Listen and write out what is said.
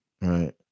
Right